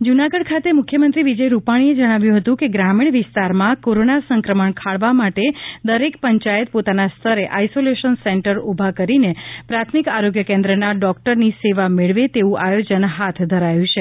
મુખ્યમંત્રી જુનાગઢ ખાતે મુખ્યમંત્રી વિજય રૂપાણીએ જણાવ્યું હતું કે ગ્રામીણ વિસ્તારમાં કોરોના સંક્રમણ ખાળવા માટે દરેક પંચાયત પોતાના સ્તરે આઈસોલેશન સેન્ટર ઊભા કરીને પ્રાથમિક આરોગ્ય કેન્દ્રના ડોક્ટરની સેવા મેળવે તેવું આયોજન હાથ ધરાયું છે